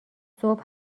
صبح